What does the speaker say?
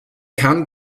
kann